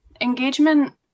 Engagement